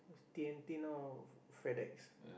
thin thinner Fedex